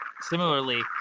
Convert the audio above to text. similarly